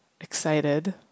excited